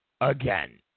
again